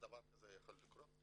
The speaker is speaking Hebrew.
דבר כזה היה יכול לקרות?